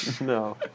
No